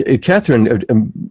Catherine